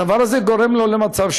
הדבר הזה גורם למצב,